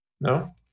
No